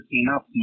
enough